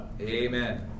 Amen